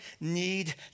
need